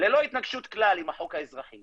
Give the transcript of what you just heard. ללא התנגשות כלל עם החוק האזרחי